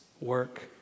work